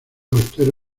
austero